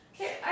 Okay